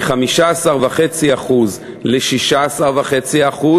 מ-15.5% ל-16.5%,